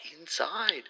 inside